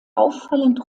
auffallend